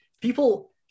People